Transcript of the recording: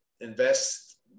invest